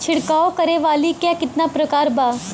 छिड़काव करे वाली क कितना प्रकार बा?